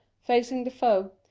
facing the foe,